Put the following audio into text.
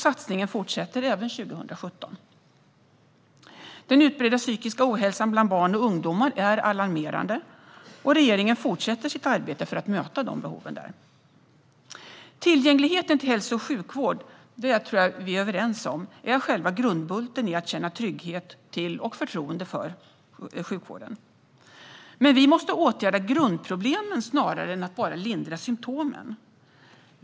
Satsningen fortsätter även 2017. Den utbredda psykiska ohälsan bland barn och ungdomar är alarmerande. Regeringen fortsätter sitt arbete för att möta behoven där. Jag tror att vi är överens om att tillgängligheten till hälso och sjukvård är själva grundbulten i att känna trygghet och förtroende för sjukvården. Men vi måste snarare åtgärda grundproblemen än bara lindra symtomen.